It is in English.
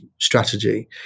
strategy